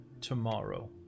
tomorrow